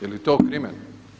Jeli to krimen?